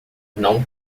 não